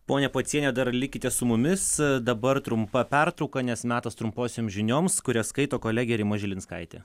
ponia pociene dar likite su mumis dabar trumpa pertrauka nes metas trumposioms žinioms kurias skaito kolegė rima žilinskaitė